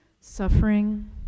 suffering